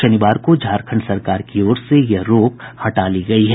शनिवार को झारखंड सरकार की ओर से यह रोक हटा ली गयी है